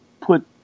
put